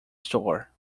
store